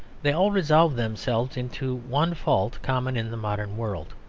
they all resolve themselves into one fault common in the modern world,